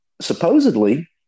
supposedly